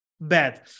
bad